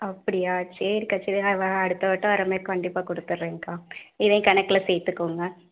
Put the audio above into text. அப்படியா சரிக்கா சரி அடுத்த வட்டம் வரபோது கண்டிப்பாக கொடுத்துறேன்க்கா இதையும் கணக்கில் சேர்த்துக்கோங்க